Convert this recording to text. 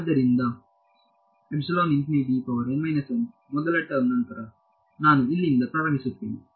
ಆದ್ದರಿಂದ ಮೊದಲ ಟರ್ಮ್ ನಂತರ ನಾನು ಇಲ್ಲಿಂದ ಪ್ರಾರಂಭಿಸುತ್ತೇನೆ